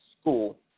school